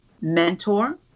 mentor